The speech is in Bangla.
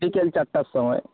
বিকেল চারটের সময়